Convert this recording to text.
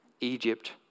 Egypt